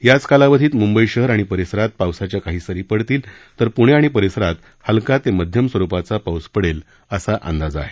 याच कालावधीत मुंबई शहर आणि परिसरात पावसाच्या काही सरी पडतील तर प्णे आणि परिसरात हलका ते मध्यम स्वरुपाचा पाऊस पडेल असा अंदाज आहे